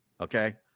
Okay